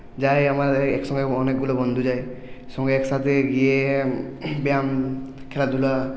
যায় আমাদের একসঙ্গে অনেকগুলো বন্ধু যায় সবাই একসাথে গিয়ে ব্যায়াম খেলাধুলা